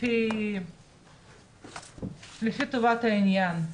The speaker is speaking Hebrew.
לפי טובת העניין.